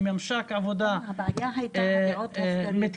לממשק עבודה --- הבעיה הייתה --- ולכן